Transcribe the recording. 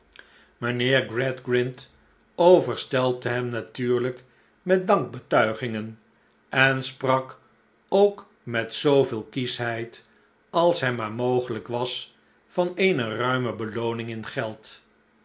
mijnheer gradgrind overstelpte hem natuurlijk met dankbetuigingen en sprak ook met zooveel kieschheid als hem maar mogelijk was van eene ruime belooning in geld